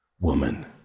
woman